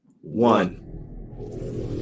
One